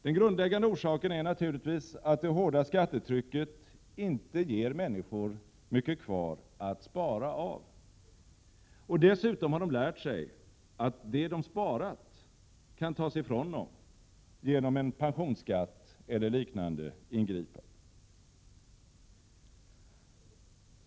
Den grundläggande orsaken är naturligtvis att det hårda skattetrycket inte ger människor mycket kvar att spara av. Dessutom har de lärt sig att det de sparat kan tas ifrån dem genom en pensionsskatt eller liknande ingripanden.